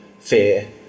fear